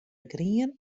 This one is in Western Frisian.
grien